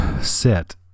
set